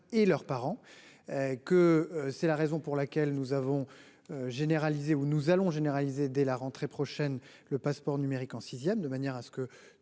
et leurs parents. Que c'est la raison pour laquelle nous avons. Généralisé où nous allons généraliser dès la rentrée prochaine. Le passeport numérique en sixième de manière à ce que